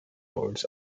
board